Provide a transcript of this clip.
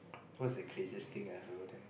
what's the craziest thing I have ever done